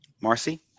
Marcy